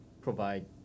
provide